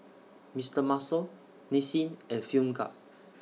Mister Muscle Nissin and Film Grade